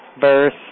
Birth